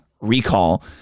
recall